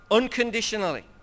unconditionally